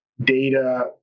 data